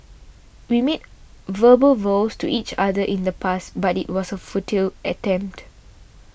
we made verbal vows to each other in the past but it was a futile attempt